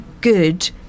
good